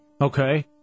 Okay